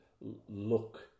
look